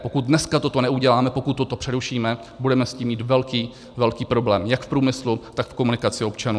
Pokud dnes toto neuděláme, pokud toto přerušíme, budeme s tím mít velký problém jak v průmyslu, tak v komunikaci občanů.